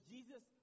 Jesus